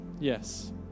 Yes